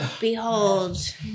behold